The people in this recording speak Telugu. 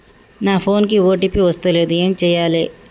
నా ఫోన్ కి ఓ.టీ.పి వస్తలేదు ఏం చేయాలే?